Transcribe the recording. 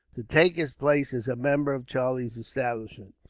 to take his place as a member of charlie's establishment.